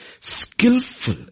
skillful